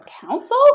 council